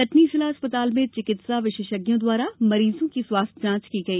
कटनी जिला अस्पताल में चिकित्सा विशेषज्ञों द्वारा मरीजों की स्वास्थ्य जांच की गई